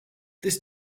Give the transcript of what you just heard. this